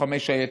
לוחמי שייטת.